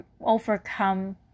overcome